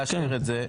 לאשר את זה,